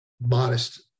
Modest